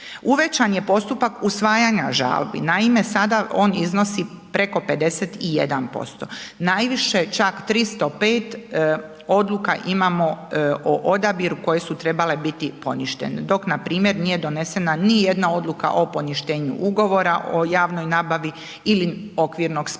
Uvećan je postupak usvajanja žalbi, naime sada on iznosi preko 51%, najviše čak 305 odluka imamo o odabiru koje su trebale biti poništene, dok npr. nije donesena nijedna odluka o poništenju ugovora o javnoj nabavi ili okvirnog sporazuma.